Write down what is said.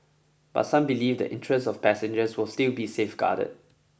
but some believe the interests of passengers will still be safeguarded